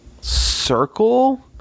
circle